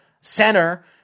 center